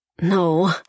No